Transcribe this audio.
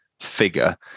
figure